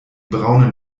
braunen